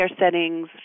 settings